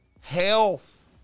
health